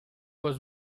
was